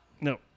No